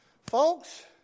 folks